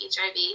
HIV